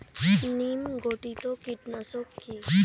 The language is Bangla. নিম ঘটিত কীটনাশক কি?